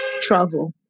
travel